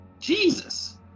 Jesus